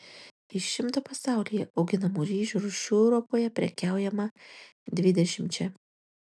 iš šimto pasaulyje auginamų ryžių rūšių europoje prekiaujama dvidešimčia